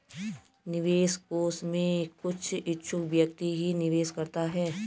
निवेश कोष में कुछ इच्छुक व्यक्ति ही निवेश करता है